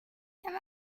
some